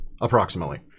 approximately